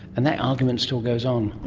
and that argument still goes on.